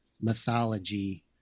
mythology